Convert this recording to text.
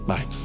Bye